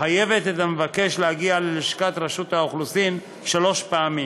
מחייבת את המבקש להגיע ללשכת רשות האוכלוסין שלוש פעמים.